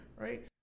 right